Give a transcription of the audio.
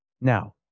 Now